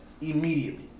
immediately